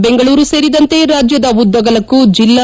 ಬೆಂಗಳೂರು ಸೇರಿದಂತೆ ರಾಜ್ಯದ ಉದ್ದಗಲಕ್ಕೂ ಜಿಲ್ಲಾ